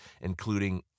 including